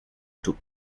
took